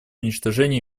уничтожение